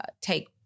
take